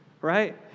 right